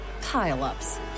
pile-ups